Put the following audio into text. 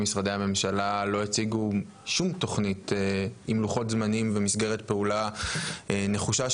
משרדי הממשלה לא הציגו שום תוכנית עם לוחות זמנים ומסגרת פעולה נחושה,